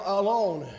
alone